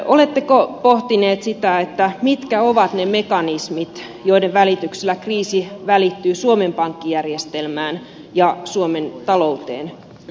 oletteko pohtineet sitä mitkä ovat ne mekanismit joiden välityksellä kriisi välittyy suomen pankkijärjestelmään ja suomen talouteen